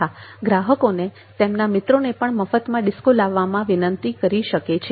તથા ગ્રાહકોને તેમના મિત્રોને પણ મફતમાં ડિસ્કો માં લાવવા વિનંતી કરી શકે છે